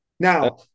Now